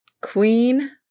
Queen